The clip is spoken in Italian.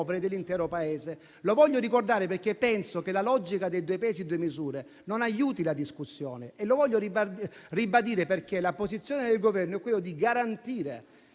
dell'intero Paese. Lo voglio ricordare perché penso che la logica dei due pesi e delle due misure non aiuti la discussione e lo voglio ribadire perché la posizione del Governo è quella di garantire